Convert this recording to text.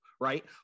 Right